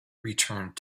returned